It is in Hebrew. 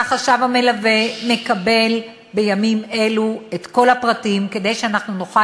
והחשב המלווה מקבל בימים אלו את כל הפרטים כדי שאנחנו נוכל